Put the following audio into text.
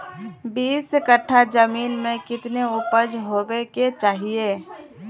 बीस कट्ठा जमीन में कितने उपज होबे के चाहिए?